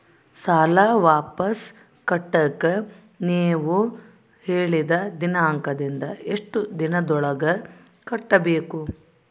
ಸಾಲ ವಾಪಸ್ ಕಟ್ಟಕ ನೇವು ಹೇಳಿದ ದಿನಾಂಕದಿಂದ ಎಷ್ಟು ದಿನದೊಳಗ ಕಟ್ಟಬೇಕು?